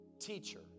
Teacher